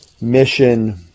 Mission